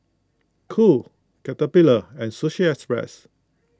Cool Caterpillar and Sushi Express